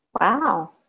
Wow